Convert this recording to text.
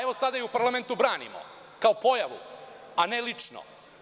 Evo, sada je u parlamentu branimo, kao pojavu, a ne lično.